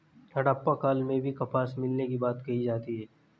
हड़प्पा काल में भी कपास मिलने की बात कही जाती है